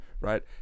right